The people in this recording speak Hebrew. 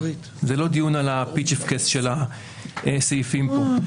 זה לא דיון על הפיצ'פקס של הסעיפים כאן.